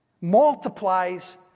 multiplies